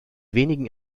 wenigen